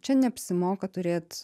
čia neapsimoka turėt